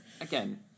Again